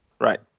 Right